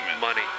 money